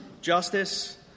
justice